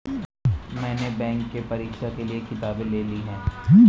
मैने बैंक के परीक्षा के लिऐ किताबें ले ली हैं